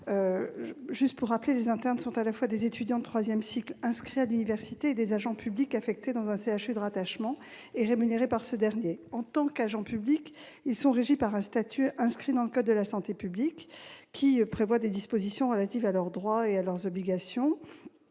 à rappeler que les internes sont à la fois des étudiants de troisième cycle inscrits à l'université et des agents publics affectés dans un CHU de rattachement, et rémunérés par ce dernier. En tant qu'agents publics, ceux-ci sont régis par un statut inscrit dans le code de la santé publique, qui prévoit des mesures relatives à leurs droits et à leurs obligations.